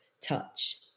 touch